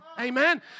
Amen